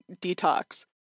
detox